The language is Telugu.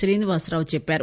శ్రీనివాసరావు చెప్పారు